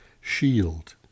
shield